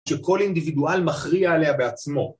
שכל אינדיבידואל מכריע עליה בעצמו.